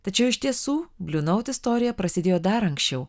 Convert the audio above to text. tačiau iš tiesų bliu naut istorija prasidėjo dar anksčiau